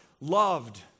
loved